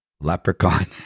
leprechaun